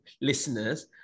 listeners